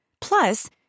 Plus